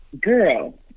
Girl